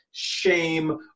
shame